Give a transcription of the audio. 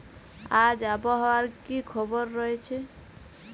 আজ আবহাওয়ার কি খবর রয়েছে?